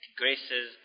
graces